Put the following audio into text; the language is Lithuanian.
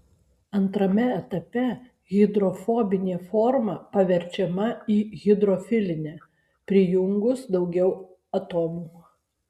antrame etape hidrofobinė forma paverčiama į hidrofilinę prijungus daugiau atomų